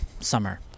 summer